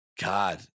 God